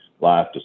life